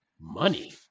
Money